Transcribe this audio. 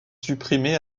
supprimé